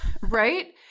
Right